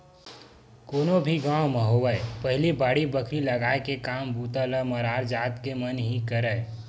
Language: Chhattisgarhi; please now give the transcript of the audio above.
कोनो भी गाँव म होवय पहिली बाड़ी बखरी लगाय के काम बूता ल मरार जात के मन ही करय